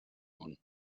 món